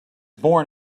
born